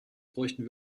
bräuchten